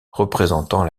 représentant